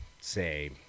say